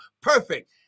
perfect